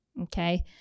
Okay